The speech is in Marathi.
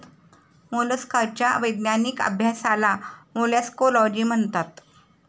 मोलस्काच्या वैज्ञानिक अभ्यासाला मोलॅस्कोलॉजी म्हणतात